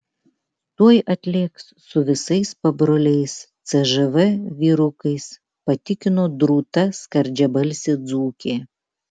tuoj atlėks su visais pabroliais cžv vyrukais patikino drūta skardžiabalsė dzūkė